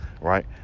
right